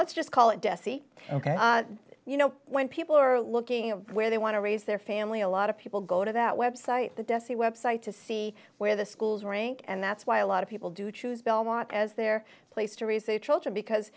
let's just call it dessie ok you know when people are looking at where they want to raise their family a lot of people go to that website the dessie website to see where the schools rank and that's why a lot of people do choose belmont as their place to raise their children because